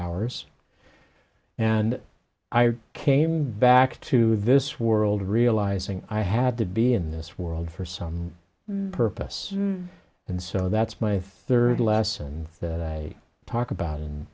hours and i came back to this world realizing i had to be in this world for some purpose and so that's my third lesson that i talk about